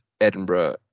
Edinburgh